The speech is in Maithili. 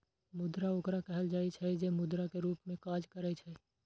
मुद्रा ओकरा कहल जाइ छै, जे मुद्रा के रूप मे काज करै छै